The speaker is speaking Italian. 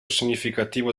significativo